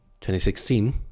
2016